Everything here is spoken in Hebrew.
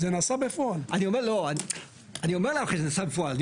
אני יודע שזה נעשה בפועל.